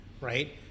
right